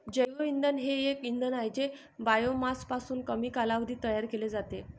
जैवइंधन हे एक इंधन आहे जे बायोमासपासून कमी कालावधीत तयार केले जाते